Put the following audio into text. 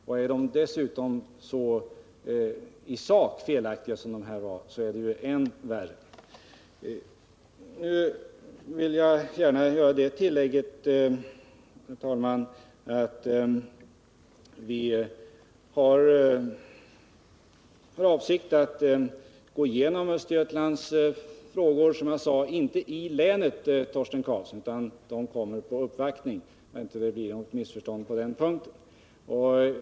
Är jämförelserna dessutom i sak så felaktiga som dessa, då är det än värre. Jag vill gärna tillägga att vi har för avsikt att ta upp till behandling de frågor som är aktuella för Östergötland. Men vi kommer inte att göra det i länet, Torsten Karlsson, utan de skall tas upp i samband med den förestående uppvaktningen — jag hoppas att det inte föreligger något missförstånd på den punkten.